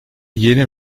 yeni